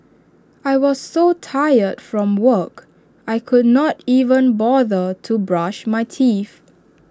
I was so tired from work I could not even bother to brush my teeth